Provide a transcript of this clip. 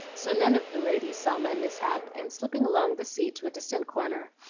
so none of the ladies saw my mishap and, slipping along the seat to a distant corner,